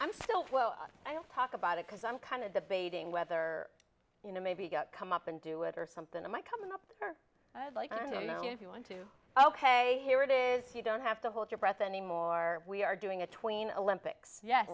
i'm still i'll talk about it because i'm kind of debating whether you know maybe get come up and do it or something to my coming up or i'd like to know if you want to ok here it is you don't have to hold your breath anymore we are doing a tween olympics ye